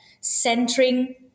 centering